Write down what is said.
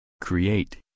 Create